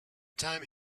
time